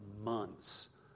months